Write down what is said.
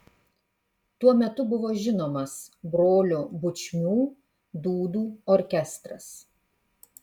tuo metu buvo žinomas brolių bučmių dūdų orkestras